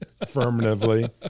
affirmatively